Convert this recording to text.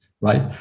Right